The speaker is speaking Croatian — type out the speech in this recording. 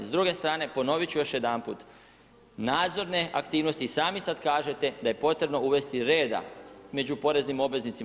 S druge strane, ponovit ću još jedanput, nadzorne aktivnosti i sami sad kažete da je potrebno uvesti reda među poreznim obveznicima.